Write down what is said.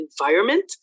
environment